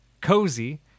cozy